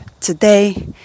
today